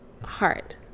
heart